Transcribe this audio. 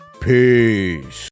Peace